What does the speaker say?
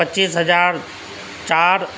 پچیس ہزار چار